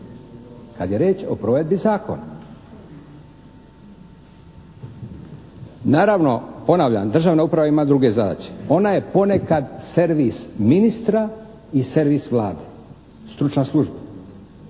kad je riječ o provedbi zakona. Naravno, ponavljam državna uprava ima druge zadaće. Ona je ponekad servis ministra i servis Vlade, stručna služba